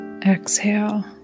Exhale